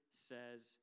says